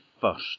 first